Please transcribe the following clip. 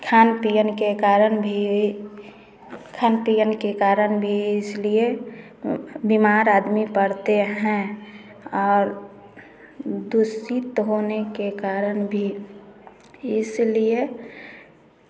खान पान के कारण भी खान पान के कारण भी इसलिए बीमार आदमी पड़ते हैं और दूषित होने के कारण भी इसलिए